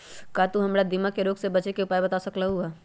का तू हमरा दीमक के रोग से बचे के उपाय बता सकलु ह?